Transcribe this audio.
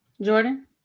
jordan